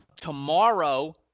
tomorrow